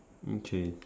okay